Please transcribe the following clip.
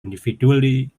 individually